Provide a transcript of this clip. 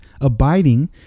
abiding